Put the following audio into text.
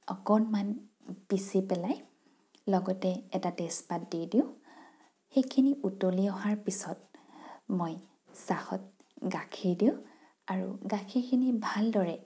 অকণমান পিচি পেলাই লগতে এটা তেজপাত দি দিওঁ সেইখিনি উতলি অহাৰ পিছত মই চাহত গাখীৰ দিওঁ আৰু গাখীৰখিনি ভালদৰে